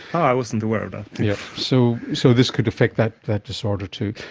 i wasn't aware of that. yeah so so this could affect that that disorder too.